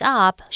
up